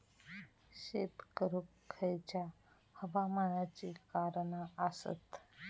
शेत करुक खयच्या हवामानाची कारणा आसत?